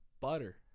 butter